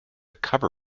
cover